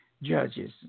Judges